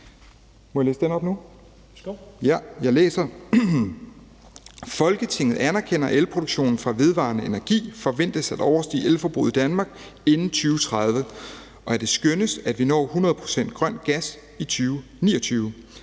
vedtagelse »Folketinget anerkender, at elproduktionen fra vedvarende energi forventes at overstige elforbruget i Danmark inden 2030, og at det skønnes, at vi når 100 pct. grøn gas i 2029.